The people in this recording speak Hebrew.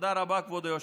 תודה רבה, כבוד היושב-ראש.